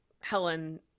Helen